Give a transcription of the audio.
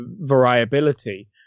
variability